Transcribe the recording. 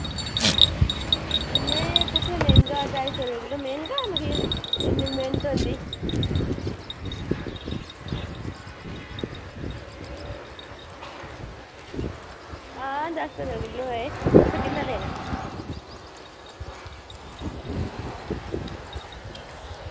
नेईं कुत्थै मैंह्गा ढाई सौ रपेआ किलो मैंह्गा मखीर इन्नी मैह्नत होंदी आं ढाई सौ रपेआ किलो ऐ तुसें किन्ना लैना आं